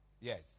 Yes